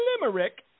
Limerick